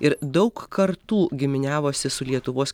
ir daug kartų giminiavosi su lietuvos